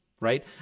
right